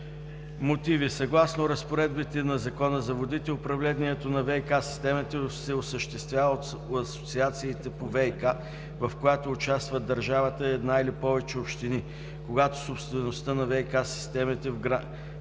„Мотиви. Съгласно разпоредбите на Закона за водите, управлението на ВиК системите се осъществява от асоциациите по ВиК, в които участват държавата и една или повече общини. Когато собствеността на ВиК системите в границите